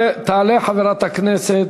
תעלה חברת הכנסת,